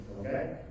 Okay